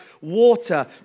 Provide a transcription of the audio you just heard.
water